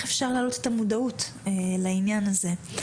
בעצם אפשר להעלות את המודעות לעניין הזה.